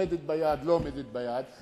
עומדת ביעד או לא עומדת ביעד,